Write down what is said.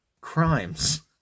crimes